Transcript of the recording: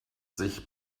sich